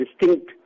distinct